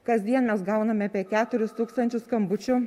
kasdien mes gauname apie keturis tūkstančius skambučių